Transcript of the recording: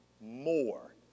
more